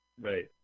Right